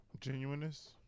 genuineness